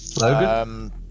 Logan